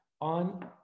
on